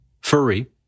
Furry